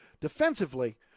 Defensively